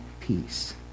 peace